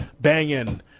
banging